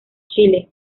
chile